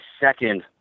second